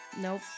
nope